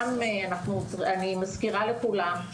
אני מזכירה לכולם,